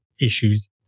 issues